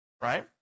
right